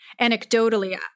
anecdotally